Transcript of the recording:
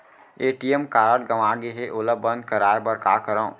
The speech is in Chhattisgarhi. ए.टी.एम कारड गंवा गे है ओला बंद कराये बर का करंव?